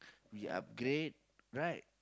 we are great right